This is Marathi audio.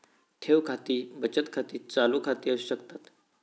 ठेव खाती बचत खाती, चालू खाती असू शकतत